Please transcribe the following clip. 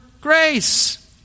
grace